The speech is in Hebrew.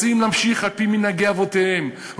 רוצים להמשיך לחיות על-פי מנהגי אבותיהם,